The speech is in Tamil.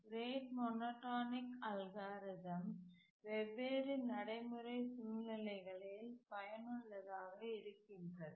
ரேட் மோனோடோனிக் அல்காரிதம் வெவ்வேறு நடைமுறை சூழ்நிலைகளில் பயனுள்ளதாக இருக்கின்றது